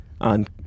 On